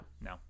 No